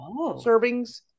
servings